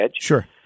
Sure